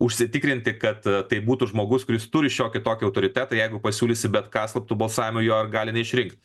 užsitikrinti kad tai būtų žmogus kuris turi šiokį tokį autoritetą jeigu pasiūlysi bet ką slaptu balsavimu jo ir gali neišrinkt